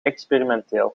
experimenteel